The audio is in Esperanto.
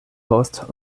post